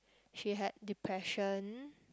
she had depression